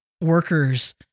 workers